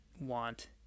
want